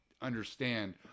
understand